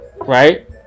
right